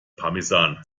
parmesan